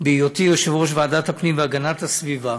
בהיותי יושב-ראש ועדת הפנים והגנת הסביבה,